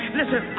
listen